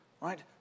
right